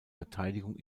verteidigung